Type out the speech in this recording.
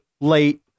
late